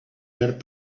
verb